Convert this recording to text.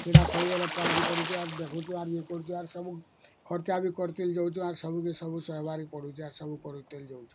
ସେଇଟା ସବୁବେଳେ ପାଲନ୍ କରୁଛୁଁ ଆରୁ ଦେଖୁଛୁଁ ଆରୁ ଇଏ କରୁଛୁଁ ଆରୁ ସବୁ ଖର୍ଚ୍ଚା ବି କରତେ ଯାଉଁଛୁ ଆରୁ ସବୁ କେ ସବୁ ସହିବାର୍ ବି ପଡ଼଼ୁଛି ଆରୁ ସବୁ କରତେଲ୍ ଯାଉଁଛୁ